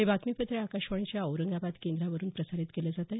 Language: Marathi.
हे बातमीपत्र आकाशवाणीच्या औरंगाबाद केंद्रावरून प्रसारित केलं जात आहे